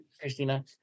Christina